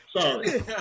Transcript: Sorry